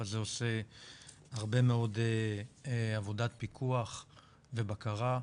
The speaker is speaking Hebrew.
הזה עושה הרבה מאוד עבודת פיקוח ובקרה,